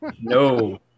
No